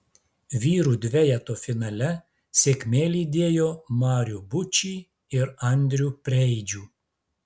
vyrų dvejeto finale sėkmė lydėjo marių bučį ir andrių preidžių